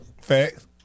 Facts